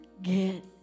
Get